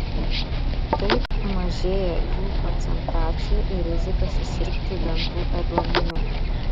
taip mažėja jų koncentracija ir rizika susirgti dantų ėduonimi